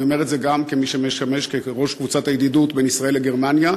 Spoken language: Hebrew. אני אומר את זה גם כמי שמשמש יושב-ראש קבוצת הידידות ישראל גרמניה,